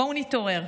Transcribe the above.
בואו נתעורר.